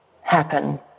happen